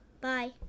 Bye